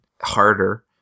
harder